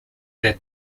that